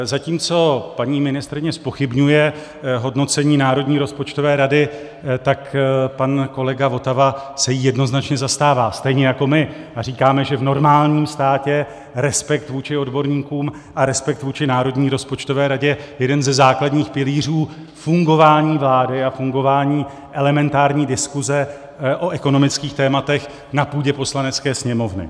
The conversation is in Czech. Zatímco paní ministryně zpochybňuje hodnocení Národní rozpočtové rady, tak pan kolega Votava se jí jednoznačně zastává, stejně jako my, a říkáme, že v normálním státě respekt vůči odborníkům a respekt vůči Národní rozpočtové radě je jeden ze základních pilířů fungování vlády a fungování elementární diskuse o ekonomických tématech na půdě Poslanecké sněmovny.